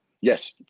Yes